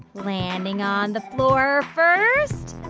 landing on the floor first